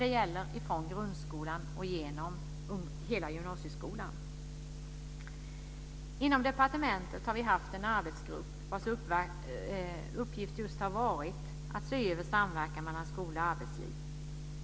Det gäller från grundskolan och genom hela gymnasieskolan. Inom departementet har vi haft en arbetsgrupp vars uppgift just har varit att se över samverkan mellan skola och arbetsliv.